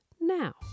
Now